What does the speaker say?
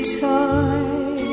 toy